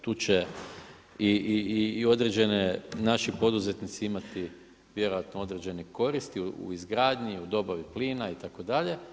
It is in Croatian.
Tu će i određeni naši poduzetnici imati vjerojatno određene koristi u izgradnji, u dobavi plina itd.